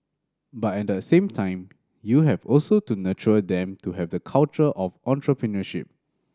but at the same time you have also to nurture them to have the culture of entrepreneurship